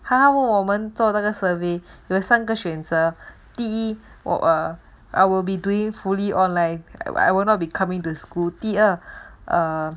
哈我们做那个 survey 有三个选择第一 or I will be doing fully online I will not be coming to school to uh uh